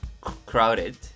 crowded